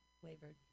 flavored